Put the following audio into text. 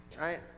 Right